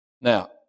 Now